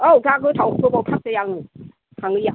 औ जा गोथाव गोबाव थारसै आङो थाङैया